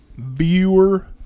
viewer